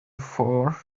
four